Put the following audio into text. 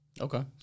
Okay